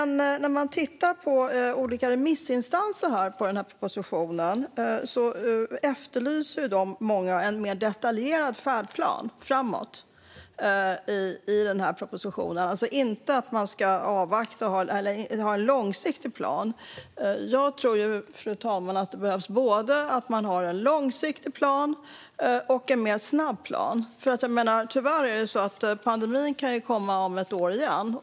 När man tittar på vad olika remissinstanser har sagt om propositionen ser man att många efterlyser en mer detaljerad färdplan framåt. Det handlar inte om att man ska avvakta eller ha en långsiktig plan. Fru talman! Jag tror att det behövs att man har både en långsiktig plan och en mer snabb plan. Tyvärr kan pandemin komma om ett år igen.